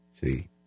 See